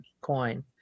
coin